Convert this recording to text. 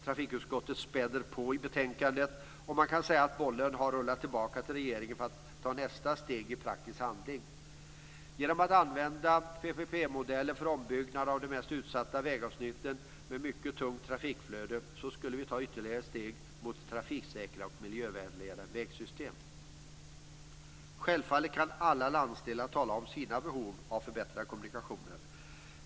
Trafikutskottet späder på i betänkandet, och man kan säga att bollen har rullat tillbaka till regeringen för att ta nästa steg i praktisk handling. Genom att använda PPP-modellen för ombyggnad av de mest utsatta vägavsnitten med mycket tungt trafikflöde skulle vi ta ytterligare steg mot ett trafiksäkrare och miljövänligare vägsystem. Självfallet kan alla landsdelar tala om sina behov av förbättrade kommunikationer.